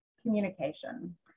Communication